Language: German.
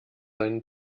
seinen